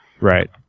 Right